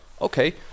okay